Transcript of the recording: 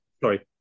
sorry